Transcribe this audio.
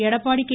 Edappadi K